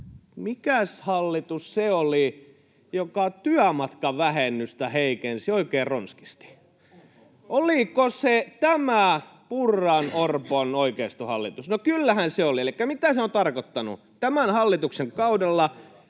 Mikäs oli se hallitus, joka työmatkavähennystä heikensi oikein ronskisti? Oliko se tämä Purran—Orpon oikeistohallitus? No kyllähän se oli. Elikkä mitä se on tarkoittanut? Tämän hallituksen kaudella